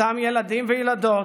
אותם ילדים וילדות,